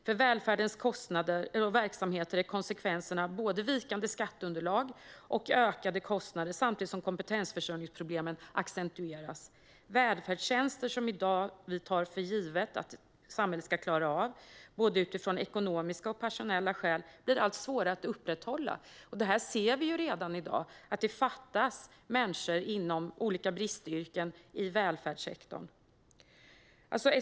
För välfärdens verksamheter är konsekvenserna både vikande skatteunderlag och ökade kostnader samtidigt som kompetensförsörjningsproblemen accentueras. Välfärdstjänster som vi i dag tar för givet att samhället ska klara av blir utifrån både ekonomiska och personella skäl allt svårare att upprätthålla, och det här ser vi redan i dag. Det fattas människor inom olika bristyrken i välfärdssektorn.